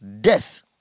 Death